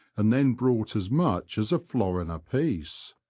and then brought as much as a florin a piece.